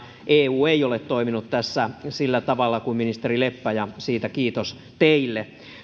eu ei ole toiminut tässä sillä tavalla kuin ministeri leppä ja siitä kiitos teille